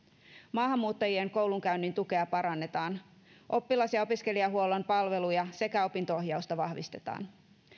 maahanmuuttajien koulunkäynnin tukea parannetaan oppilas ja opiskelijahuollon palveluja sekä opinto ohjausta vahvistetaan